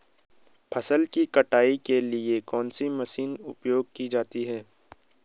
फसल की कटाई के लिए कौन सी मशीन उपयोग की जाती है?